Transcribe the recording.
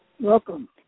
Welcome